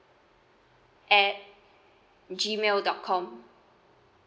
at gmail dot com